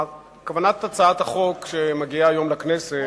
כוונת הצעת החוק שמגיעה היום לכנסת